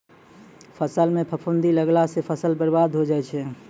फसल म फफूंदी लगला सँ फसल बर्बाद होय जाय छै